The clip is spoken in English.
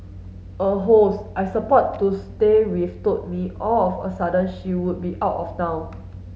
a host I support to stay with told me all of a sudden she would be out of town